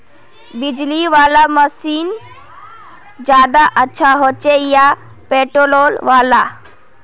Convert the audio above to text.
बिजली वाला मशीन ज्यादा अच्छा होचे या पेट्रोल वाला?